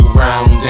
round